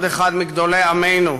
עוד אחד מגדולי עמנו: